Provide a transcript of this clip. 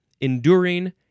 enduring